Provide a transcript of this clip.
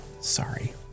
Sorry